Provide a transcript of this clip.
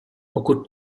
pokud